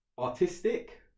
artistic